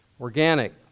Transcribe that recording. organic